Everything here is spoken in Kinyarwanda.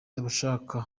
abashaka